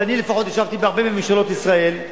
ואני לפחות ישבתי בהרבה ממשלות ישראל,